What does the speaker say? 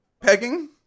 pegging